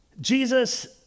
Jesus